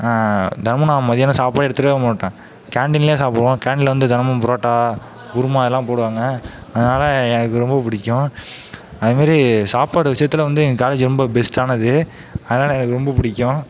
தினமும் நான் மதியானம் சாப்பாடே எடுத்துகிட்டே வர மாட்டேன் கேண்டீன்லையே சாப்பிடுவோம் கேண்டீனில் வந்து தினமும் புரோட்டா குருமா இதுலாம் போடுவாங்க அதனால எனக்கு ரொம்ப பிடிக்கும் அது மாதிரி சாப்பாடு விஷயத்துல வந்து எங்கள் காலேஜ்ஜு ரொம்ப பெஸ்ட்டானது அதனால எனக்கு ரொம்ப பிடிக்கும்